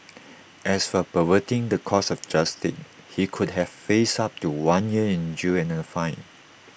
as for perverting the course of justice he could have faced up to one year in jail and A fine